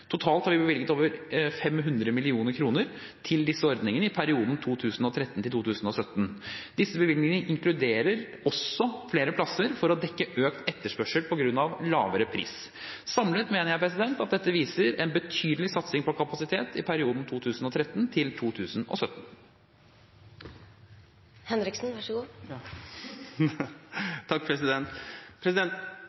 Totalt har vi bevilget over 500 mill. kr til disse ordningene i perioden 2013–2017. Disse bevilgningene inkluderer også flere plasser for å dekke økt etterspørsel på grunn av lavere pris. Samlet mener jeg dette viser en betydelig satsing på kapasitet i perioden